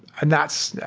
and that's